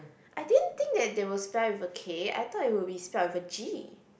I didn't think that they would spell with a K I thought it would be spelt with a G